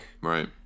Right